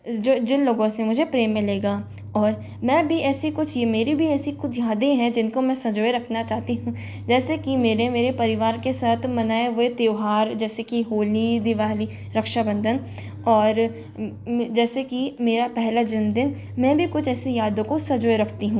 जो जिन लोगों से मुझे प्रेम मिलेगा और मैं भी ऐसी कुछ यह मेरी भी ऐसी कुछ यादें हैं जिनको मैं संजोए रखना चाहती हूँ जैसे कि मेरे मेरे परिवार के साथ मनाए हुए त्योहार जैसे कि होली दीवाली रक्षाबंधन और जैसे कि मेरा पहला जन्मदिन मैं भी कुछ ऐसे यादों को संजोए रखती हूँ